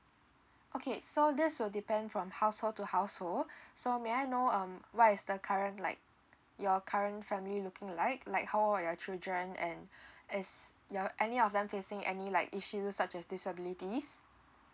okay so this will depend from household to household so may I know um what is the current like your current family looking like like how old are your children and is your any of them facing any like issues such as disabilities